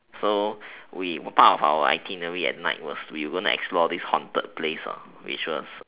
so we part of our itinerary at night was we wouldn't explore this haunted place ah which was